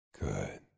Good